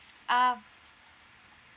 um